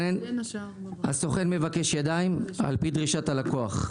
הסוכן מבקש ידיים על-פי דרישת הלקוח.